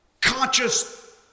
conscious